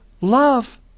love